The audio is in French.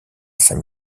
saint